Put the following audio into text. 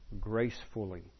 gracefully